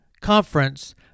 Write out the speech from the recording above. conference